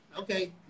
okay